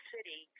City